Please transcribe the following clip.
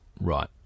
Right